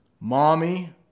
Mommy